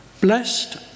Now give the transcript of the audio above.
Blessed